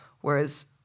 Whereas